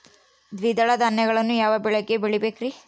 ದ್ವಿದಳ ಧಾನ್ಯಗಳನ್ನು ಯಾವ ಮಳೆಗೆ ಬೆಳಿಬೇಕ್ರಿ?